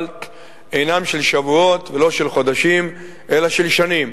אינם של שבועות ולא של חודשים אלא של שנים.